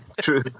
True